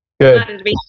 Good